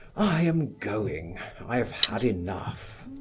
i am going i have had enough.